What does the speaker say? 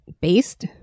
based